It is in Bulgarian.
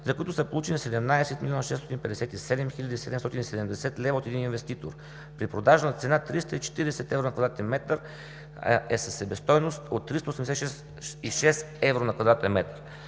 за които са получени 17 млн. 657 хил. 770 лв. от един инвеститор при продажна цена 340 евро на квадратен метър, а е със себестойност от 386 евро на квадратен метър.